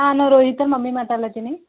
ಹಾಂ ನಾವು ರೋಹಿತ್ರ ಮಮ್ಮಿ ಮಾತಾಡ್ಲತ್ತೀನಿ